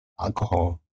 alcohol